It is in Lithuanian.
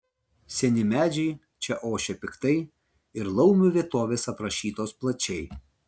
seni medžiai čia ošia piktai ir laumių vietovės aprašytos plačiai